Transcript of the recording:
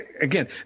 again